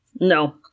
No